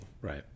right